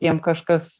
jiem kažkas